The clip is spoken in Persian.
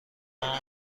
مام